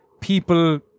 people